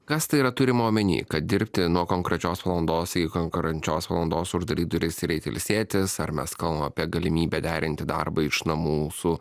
kas tai yra turima omeny kad dirbti nuo konkrečios valandos iki konkrečios valandos uždaryt duris ir eiti ilsėtis ar mes kalbam apie galimybę derinti darbą iš namų su